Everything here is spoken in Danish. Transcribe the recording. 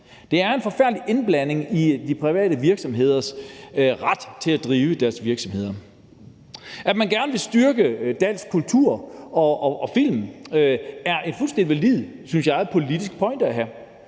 Det er en forfærdelig indblanding i de private virksomheders ret til at drive deres virksomheder. At man gerne vil styrke dansk kultur og film er en fuldstændig valid politisk pointe at have,